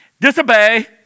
disobey